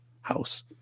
house